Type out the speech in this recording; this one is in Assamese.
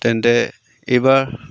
তেন্তে এইবাৰ